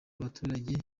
abaturage